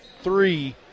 three